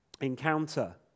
encounter